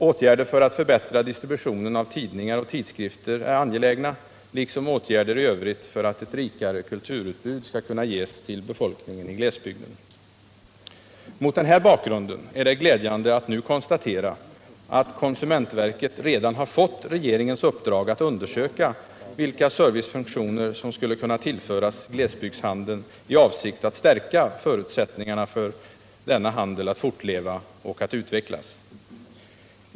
Åtgärder för att förbättra distribution av tidningar och tidskrifter är angelägna, liksom åtgärder i övrigt för att ett rikare kulturutbud skall kunna ges till befolkningen i glesbygd. Mot den här bakgrunden är det glädjande att nu konstatera, att konsumentverket redan fått regeringens uppdrag att undersöka vilka servicefunktioner som skulle kunna tillföras glesbygdshandeln i avsikt att stärka förutsättningarna för denna handel att fortleva och utvecklas.